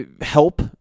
help